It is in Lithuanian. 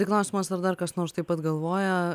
tai klausimas ar dar kas nors taip pat galvoja